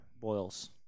boils